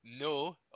no